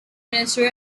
minister